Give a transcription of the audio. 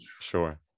Sure